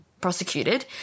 Prosecuted